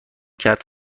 کرد